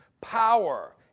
Power